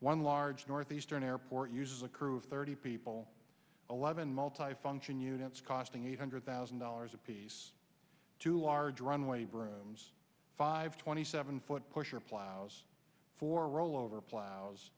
one large northeastern airport uses a crew of thirty people eleven multifunction units costing eight hundred thousand dollars apiece to a large runway brooms five twenty seven foot pusher plows for rollover plo